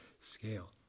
scale